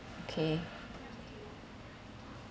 okay